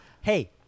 Hey